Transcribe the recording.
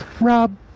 Rob